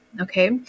okay